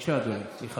בבקשה, אדוני.